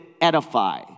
edify